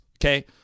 okay